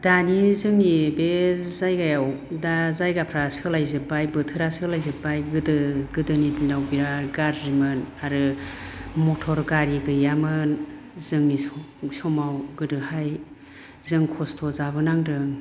दानि जोंनि बे जायगायाव दा जायगाफ्रा सोलायजोबबाय बोथोरा सोलायजोबबाय गोदो गोदोनि दिनाव बिराथ गाज्रिमोन आरो मटर गारि गैयामोन जोंनि स' समाव गोदोहाय जों खस्थ' जाबोनांदों